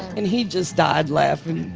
and he just died laughing.